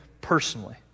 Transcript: personally